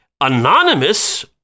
Anonymous